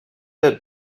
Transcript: had